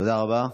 תודה רבה.